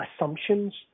assumptions